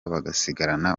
bagasigarana